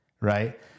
Right